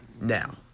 Now